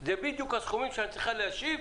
זה בדיוק הסכומים שאני צריכה להשיב